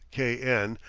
k. n,